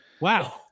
Wow